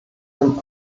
dem